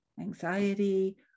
anxiety